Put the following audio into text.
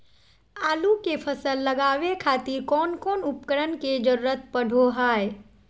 आलू के फसल लगावे खातिर कौन कौन उपकरण के जरूरत पढ़ो हाय?